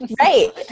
right